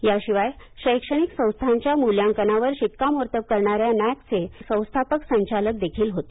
याशिवाय शैक्षणिक संस्थांच्या मृत्यांकनावर शिक्कामोर्तब करणाऱ्या नॅकचे ते संस्थापक संचालक देखील होते